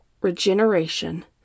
regeneration